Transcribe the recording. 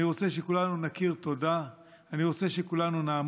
אני רוצה שכולנו נכיר תודה,